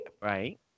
Right